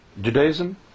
Judaism